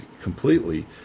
completely